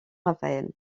rafael